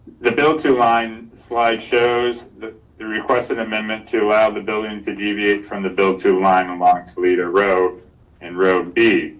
the bill two line slide shows that the requested amendment to allow the building to deviate from the bill two line on toledo road and road b.